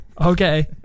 Okay